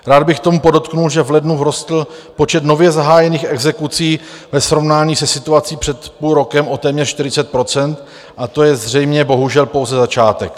Rád bych k tomu podotkl, že v lednu vzrostl počet nově zahájených exekucí ve srovnání se situací před půl rokem o téměř 40 %, a to je zřejmě bohužel pouze začátek.